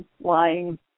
lying